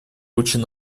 учит